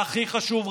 והכי חשוב,